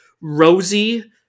Rosie